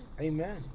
Amen